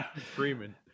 Freeman